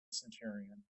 centurion